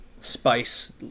spice